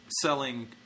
selling